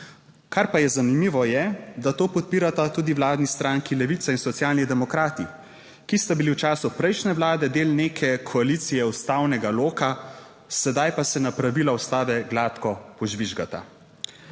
Kar pa je zanimivo, je, da to podpirata tudi vladni stranki Levica in Socialni demokrati, ki sta bili v času prejšnje Vlade del neke Koalicije ustavnega loka, sedaj pa se na pravila Ustave gladko požvižgata.